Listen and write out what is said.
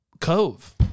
Cove